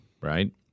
right